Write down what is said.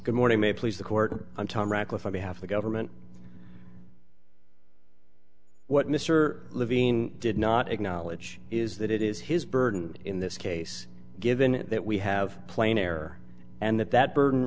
good morning may please the court i'm tom radcliffe i may have the government what mr levine did not acknowledge is that it is his burden in this case given that we have plain error and that that burden